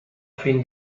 fin